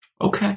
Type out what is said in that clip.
Okay